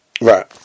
right